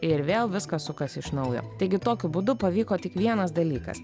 ir vėl viskas sukasi iš naujo taigi tokiu būdu pavyko tik vienas dalykas